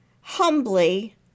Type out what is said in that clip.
humbly